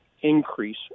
increase